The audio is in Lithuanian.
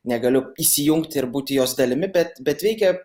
negaliu įsijungti ir būti jos dalimi bet bet veikia